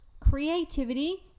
Creativity